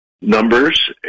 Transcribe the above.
numbers